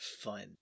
fun